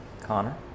Connor